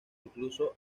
incluso